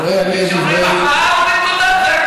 כשנותנים מחמאה, אומרים תודה.